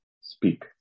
speak